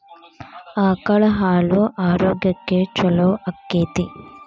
ಆಕಳ ಹಾಲು ಆರೋಗ್ಯಕ್ಕೆ ಛಲೋ ಆಕ್ಕೆತಿ?